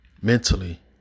mentally